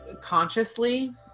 consciously